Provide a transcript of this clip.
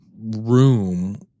room